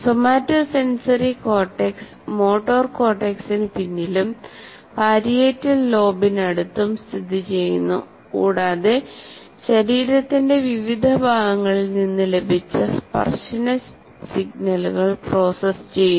somatosensory cortex motor കോർട്ടക്സിന് പിന്നിലും parietal ലോബിനടുത്തും സ്ഥിതിചെയ്യുന്നു കൂടാതെ ശരീരത്തിന്റെ വിവിധ ഭാഗങ്ങളിൽ നിന്ന് ലഭിച്ച സ്പർശന സിഗ്നലുകൾ പ്രോസസ്സ് ചെയ്യുന്നു